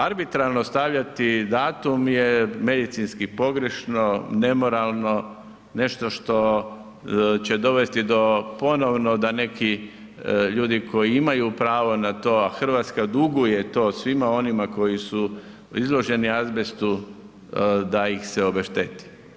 Arbitralno stavljati datum je medicinski pogrešno, nemoralno, nešto što će dovesti do ponovno da neki ljudi koji imaju pravo na to, a RH duguje to svima onima koji su izloženi azbestu da ih se obešteti.